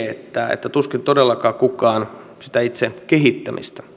että tuskin todellakaan kukaan sitä itse kehittämistä